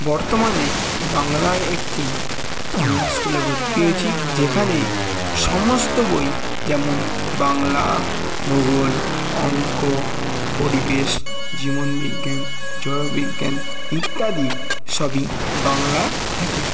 বর্তমানে বাংলার একটি আমরা স্কুলে ভর্তি হয়েছি যেখানে সমস্ত বই যেমন বাংলা ভূগোল অঙ্ক পরিবেশ জীবন বিজ্ঞান জড় বিজ্ঞান ইত্যাদি সবই বাংলা থেকে